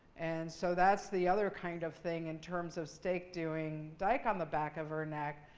and so that's the other kind of thing in terms of steak doing dike on the back of her neck.